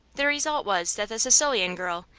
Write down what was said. the result was that the sicilian girl,